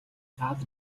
саад